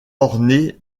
orné